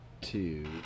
two